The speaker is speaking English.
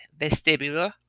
vestibular